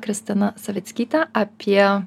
kristina savickyte apie